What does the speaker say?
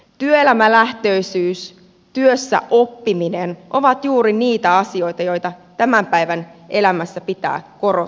työelämälähtöisyys työssäoppiminen ovat juuri niitä asioita joita tämän päivän elämässä pitää korostaa